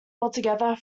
altogether